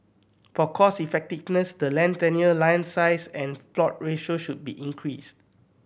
for cost effectiveness the land tenure land size and plot ratio should be increased